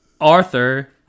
Arthur